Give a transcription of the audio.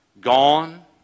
Gone